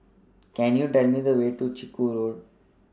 Can YOU Tell Me The Way to Chiku Road